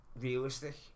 realistic